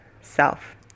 self